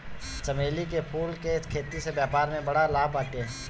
चमेली के फूल के खेती से व्यापार में बड़ा लाभ बाटे